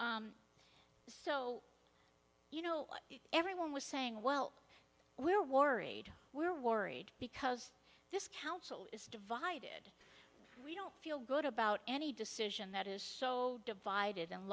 water so you know everyone was saying well we're worried we're worried because this council is divided we don't feel good about any decision that is so divided and